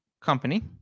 company